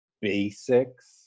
basics